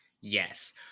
Yes